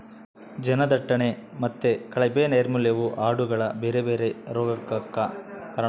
ಜನದಟ್ಟಣೆ ಮತ್ತೆ ಕಳಪೆ ನೈರ್ಮಲ್ಯವು ಆಡುಗಳ ಬೇರೆ ಬೇರೆ ರೋಗಗಕ್ಕ ಕಾರಣವಾಗ್ತತೆ